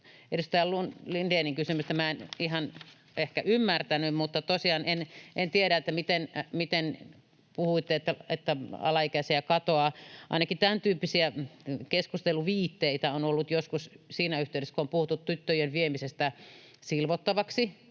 edustaja Lindénin kysymystä minä en ihan ehkä ymmärtänyt. Tosiaan en tiedä, miten puhuitte, että alaikäisiä katoaa. Ainakin tämäntyyppisiä keskusteluviitteitä on ollut joskus siinä yhteydessä, kun on puhuttu tyttöjen viemisestä silvottavaksi.